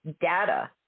data